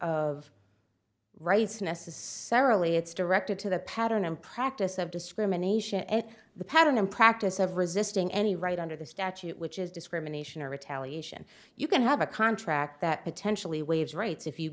rights necessarily it's directed to the pattern and practice of discrimination and the pattern in practice of resisting any right under the statute which is discrimination or retaliation you can have a contract that potentially waves rights if you